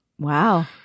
wow